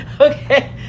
Okay